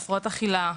להפרעות אכילה,